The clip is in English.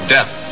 Death